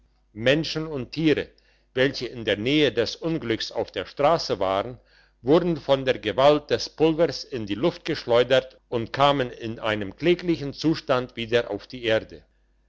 menschen und tiere welche in der nähe des unglücks auf der strasse waren wurden von der gewalt des pulvers in die luft geschleudert und kamen in einem kläglichen zustand wieder auf die erde